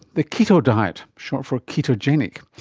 the keto diet, short for ketogenic.